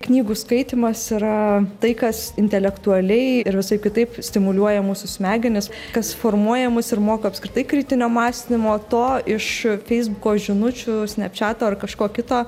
knygų skaitymas yra tai kas intelektualiai ir visai kitaip stimuliuoja mūsų smegenis kas formuoja mus ir moko apskritai kritinio mąstymo to iš feisbuko žinučių snepčiato ar kažko kito